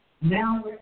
Now